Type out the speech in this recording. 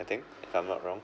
I think if I'm not wrong